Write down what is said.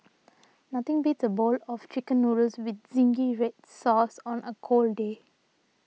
nothing beats a bowl of Chicken Noodles with Zingy Red Sauce on a cold day